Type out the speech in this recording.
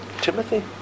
Timothy